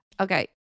okay